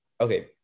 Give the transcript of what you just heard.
okay